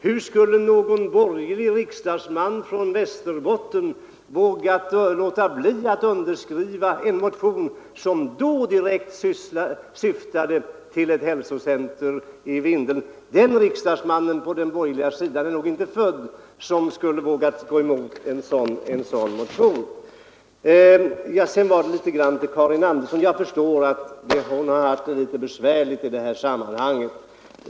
Hur skulle någon borgerlig riksdagsman från Västerbotten ha vågat låta bli att underskriva en motion, som direkt syftade till ett hälsocentrum i Vindeln? Den riksdagsmannen på den borgerliga sidan är nog inte född som skulle våga stå emot en sådan motion. Jag förstår att fröken Karin Andersson har haft det litet besvärligt.